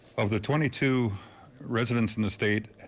of the twenty two residents in the state,